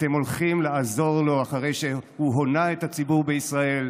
אתם הולכים לעזור לו אחרי שהוא הונה את הציבור בישראל,